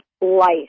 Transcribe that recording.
life